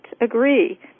agree